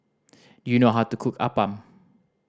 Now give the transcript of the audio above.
do you know how to cook appam